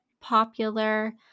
popular